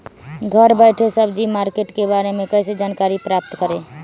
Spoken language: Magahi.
घर बैठे सब्जी मार्केट के बारे में कैसे जानकारी प्राप्त करें?